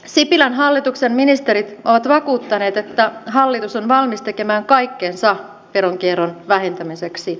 sipilän hallituksen ministerit ovat vakuuttaneet että hallitus on valmis tekemään kaikkensa veronkierron vähentämiseksi